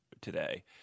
today